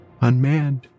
unmanned